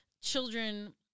children